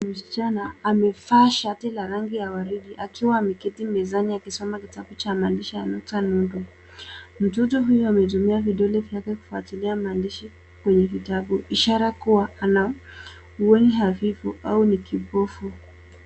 Msichana amevaa shati la rangi ya waridi akiwa ameketi mezani akisoma kitabu cha nukta nundu. Mtoto huyu ametumia vidole vyote kufuatilia maandishi kwenye kitabu ishara kuwa ana uoni hafifu au kipofu.